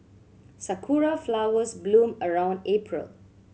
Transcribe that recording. sakura flowers bloom around April